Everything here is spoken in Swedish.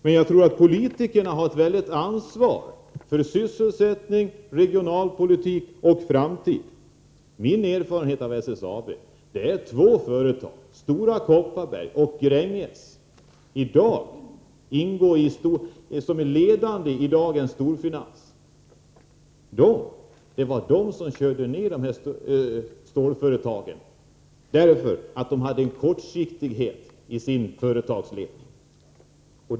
Men politikerna har ett mycket stort ansvar för sysselsättning, regionalpolitik och framtid. Min erfarenhet av SSAB grundar sig på två företag, Stora Kopparberg och Grängesberg, som är ledande i dagens storfinans. Det var de som körde ned stålföretagen, därför att de hade en kortsiktighet i sin företagsledning.